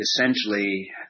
essentially